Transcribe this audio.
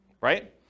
Right